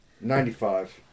ninety-five